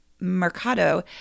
Mercado